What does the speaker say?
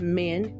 men